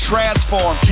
Transform